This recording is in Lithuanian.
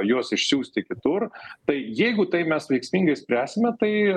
juos išsiųsti kitur tai jeigu tai mes veiksmingai spręsime tai